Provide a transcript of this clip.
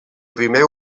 primer